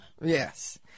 Yes